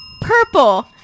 purple